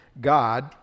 God